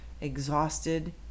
exhausted